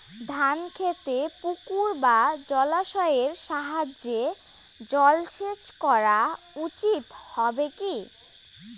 ধান খেতে পুকুর বা জলাশয়ের সাহায্যে জলসেচ করা উচিৎ হবে কি?